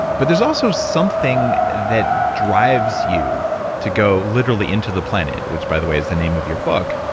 but there's also something that drives you to go literally into the planet, which, by the way, is the name of your book.